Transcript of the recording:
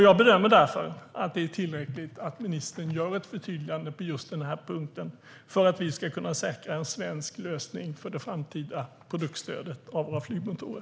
Jag bedömer därför att det är tillräckligt att ministern gör ett förtydligande på just den här punkten för att vi ska kunna säkra en svensk lösning för det framtida produktstödet av våra flygmotorer.